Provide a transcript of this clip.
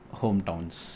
hometowns